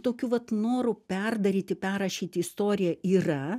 tokiu vat noru perdaryti perrašyti istoriją yra